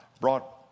brought